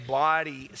body